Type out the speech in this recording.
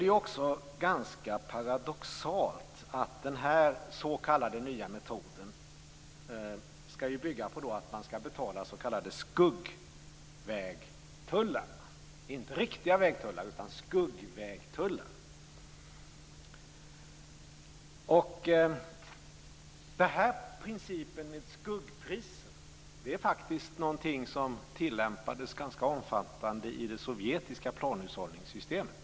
Det är också ganska paradoxalt att den här s.k. nya metoden ju ska bygga på att man ska betala s.k. skuggvägtullar. Det gäller alltså inte riktiga vägtullar, utan skuggvägtullar. Den här principen med skuggpriser är faktiskt någonting som tillämpades ganska omfattande i det sovjetiska planhushållningssystemet.